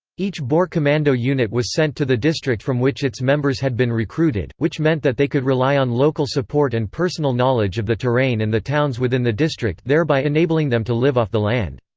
each boer commando unit was sent to the district from which its members had been recruited, which meant that they could rely on local support and personal knowledge of the terrain and the towns within the district thereby enabling them to live off the land.